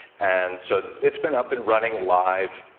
and so, it's been up and running live,